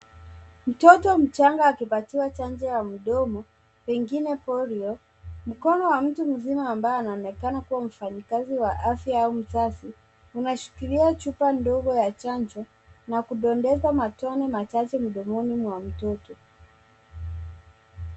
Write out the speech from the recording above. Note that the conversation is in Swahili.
Mtoto mchanga akipatiwa chanjo ya mdomo engine polio, mkono wa mtu mzima ambaye anaonekana kuwa mfanyikazi wa afya au mzazi unashikilia chupa ndogo ya chanjo na kudondoza matone machache mdomoni mwa mtoto.